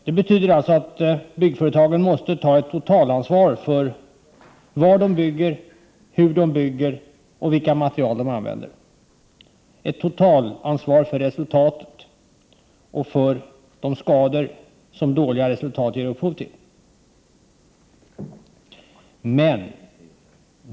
Det betyder alltså att byggföretagen måste ta ett totalansvar för vad de bygger, hur de bygger och vilka material de använder, ett totalansvar för resultatet och för de skador som dåliga resultat ger upphov till.